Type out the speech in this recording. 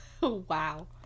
Wow